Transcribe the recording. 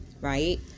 right